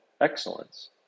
excellence